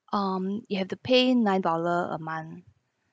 um you have to pay nine dollar a month